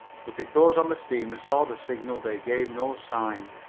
but if those on the steamer saw the signal they gave no sign.